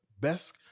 best